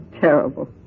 terrible